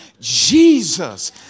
Jesus